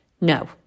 No